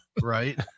Right